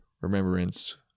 remembrance